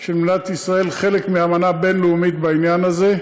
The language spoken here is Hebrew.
של מדינת ישראל חלק מאמנה בין-לאומית בעניין הזה.